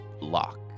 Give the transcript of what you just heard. lock